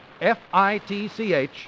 F-I-T-C-H